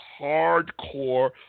hardcore